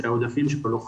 העודפים שכבר לא חזרו.